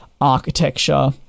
architecture